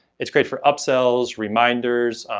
it's great for upsells, reminders,